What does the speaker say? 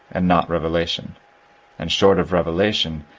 and not revelation and, short of revelation,